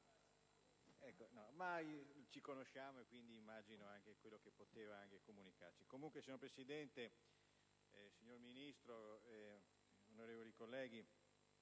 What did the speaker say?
ci conosciamo, e quindi immagino anche quello che poteva comunicarci. Comunque, signora Presidente, signor Ministro, onorevoli colleghi,